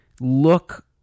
look